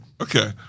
Okay